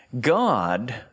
God